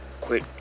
Quit